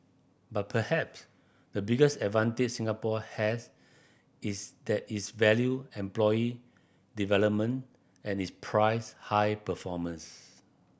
but perhaps the biggest advantage Singapore has is that is value employee development and it prize high performance